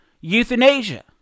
euthanasia